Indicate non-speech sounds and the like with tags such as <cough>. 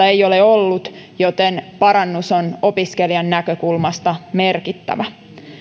<unintelligible> ei ole ollut joten parannus on opiskelijan näkökulmasta merkittävä